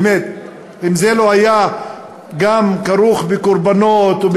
באמת, אם זה לא היה גם כרוך בקורבנות, תודה.